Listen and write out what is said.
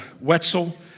Wetzel